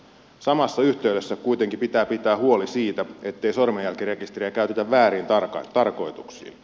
samassa yhteydessä kuitenkin pitää pitää huoli siitä ettei sormenjälkirekisteriä käytetä vääriin tarkoituksiin